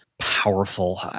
Powerful